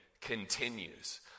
continues